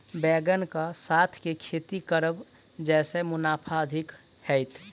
बैंगन कऽ साथ केँ खेती करब जयसँ मुनाफा अधिक हेतइ?